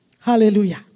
Hallelujah